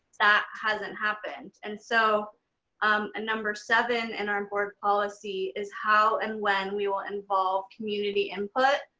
that hasn't happened. and so um ah number seven in our and board policy is how and when we will involve community input,